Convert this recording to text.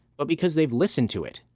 but because they've listened to it.